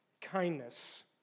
kindness